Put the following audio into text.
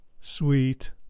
Sweet